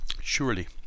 surely